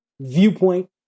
viewpoint